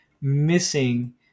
missing